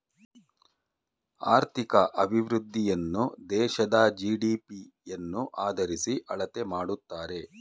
ಆರ್ಥಿಕ ಅಭಿವೃದ್ಧಿಯನ್ನು ದೇಶದ ಜಿ.ಡಿ.ಪಿ ಯನ್ನು ಆದರಿಸಿ ಅಳತೆ ಮಾಡುತ್ತಾರೆ